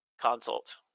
consult